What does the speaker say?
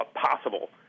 possible